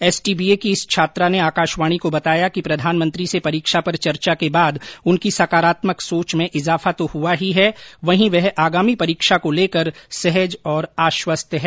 STBA कि इस छात्रा ने आकाशवाणी को बताया कि प्रधानमंत्री से परीक्षा पर चर्चा के बाद उनकी सकारात्मक सोच मैं इजाफा तो हुआ ही है वहीं वह आगामी परीक्षा को लेकर सहज और आश्वस्त है